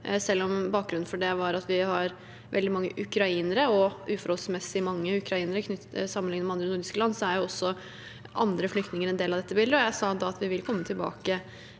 Selv om bakgrunnen for det var at vi har veldig mange ukrainere, uforholdsmessig mange ukrainere sammenlignet med andre nordiske land, er også andre flyktninger en del av dette bildet. Jeg sa da at vi raskt vil komme tilbake